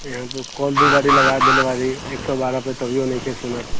इहाँ कॉल दू बारी लगा देल बारी एक सओ बारहपर तभिओ नइखे सुनत